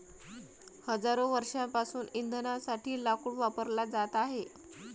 हजारो वर्षांपासून इंधनासाठी लाकूड वापरला जात आहे